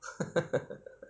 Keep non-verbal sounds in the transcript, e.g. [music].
[laughs]